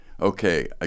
okay